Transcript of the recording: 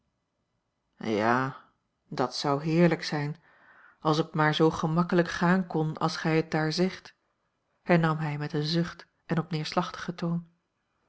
ja dat zou heerlijk zijn als het maar zoo gemakkelijk gaan kon als gij het daar zegt hernam hij met een zucht en op